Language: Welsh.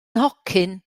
nhocyn